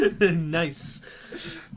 Nice